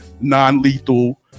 non-lethal